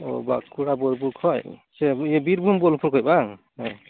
ᱚᱻ ᱵᱟᱠᱩᱲᱟ ᱵᱳᱞᱯᱩᱨ ᱠᱷᱚᱡ ᱥᱮ ᱵᱤᱨᱵᱷᱩᱢ ᱵᱳᱞᱯᱩᱨ ᱠᱷᱚᱡ ᱵᱟᱝ ᱦᱮᱸ